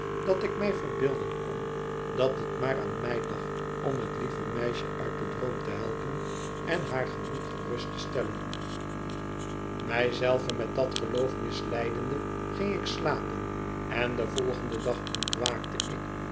dat ik mij verbeelden kon dat het maar aan mij lag om het lieve meisje uit den droom te helpen en haar gemoed gerust te stellen mij zelve met dat geloof misleidende ging ik slapen en den volgenden dag ontwaakte ik